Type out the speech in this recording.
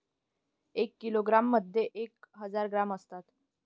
एका किलोग्रॅम मध्ये एक हजार ग्रॅम असतात